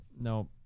No